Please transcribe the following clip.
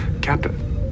Captain